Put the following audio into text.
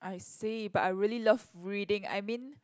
I see but I really love reading I mean